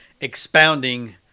expounding